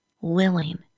willing